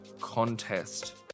contest